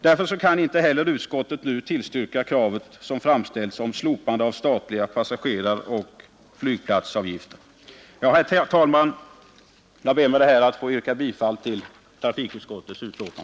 Därför kan inte utskottet nu heller tillstyrka kravet om slopande av statliga passageraroch flygplatsavgifter. Herr talman! Jag ber med detta att få yrka bifall till trafikutskottets hemställan.